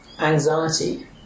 anxiety